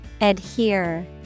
Adhere